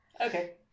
Okay